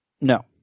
No